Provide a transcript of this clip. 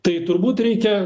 tai turbūt reikia